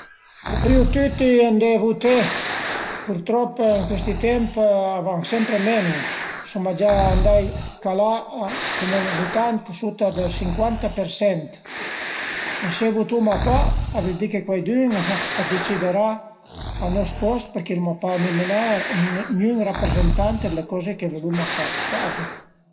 A duvrìu tüti andé a vuté, pürtrop dë sti temp a van sempre menu, suma gia andait, calà cume vutant a menu del sincuanta persent e se vutuma pa a völ di che cuaidün a deciderà a nost post perché l'uma pa numinà gnün raprezentant d'le coze che vuluma ch'a s'fazu